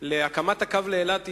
הקמת הקו לאילת,